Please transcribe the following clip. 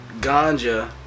ganja